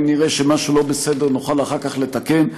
אם נראה שמשהו לא בסדר נוכל אחר כך לתקן,